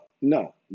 no